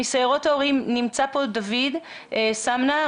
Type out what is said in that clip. מסיירות ההורים נמצא פה דוד סמנה,